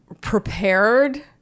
prepared